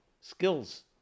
skills